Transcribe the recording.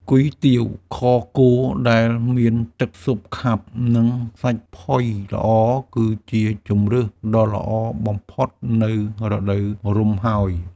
គុយទាវខគោដែលមានទឹកស៊ុបខាប់ និងសាច់ផុយល្អ គឺជាជម្រើសដ៏ល្អបំផុតនៅរដូវរំហើយ។